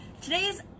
Today's